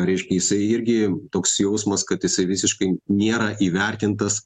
reiškia jisai irgi toks jausmas kad jisai visiškai nėra įvertintas